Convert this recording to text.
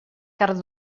carn